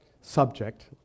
subject